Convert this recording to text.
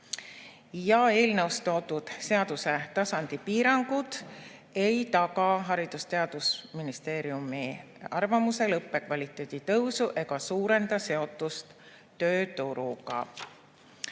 Eelnõus toodud seaduse tasandi piirangud ei taga Haridus- ja Teadusministeeriumi arvamusel õppekvaliteedi tõusu ega suurenda seotust tööturuga.